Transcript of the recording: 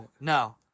No